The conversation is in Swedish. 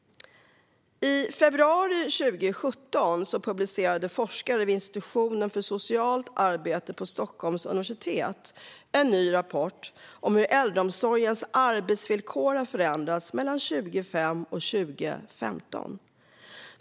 I februari 2017 publicerade forskare vid institutionen för socialt arbete på Stockholms universitet en ny rapport om hur äldreomsorgens arbetsvillkor har förändrats mellan 2005 och 2015.